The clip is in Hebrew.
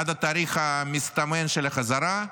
עד התאריך המסתמן של החזרה?